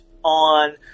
On